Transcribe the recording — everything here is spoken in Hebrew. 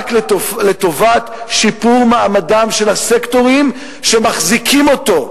רק לטובת שיפור מעמדם של הסקטורים שמחזיקים אותו,